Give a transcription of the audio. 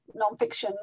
nonfiction